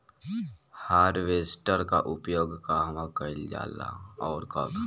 Harvester का उपयोग कहवा कइल जाला और कब?